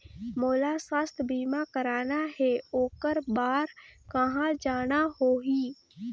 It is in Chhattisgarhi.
मोला स्वास्थ बीमा कराना हे ओकर बार कहा जाना होही?